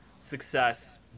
Success